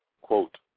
quote